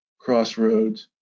Crossroads